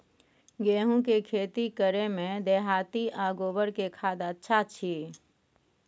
गेहूं के खेती करे में देहाती आ गोबर के खाद अच्छा छी?